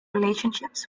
relationships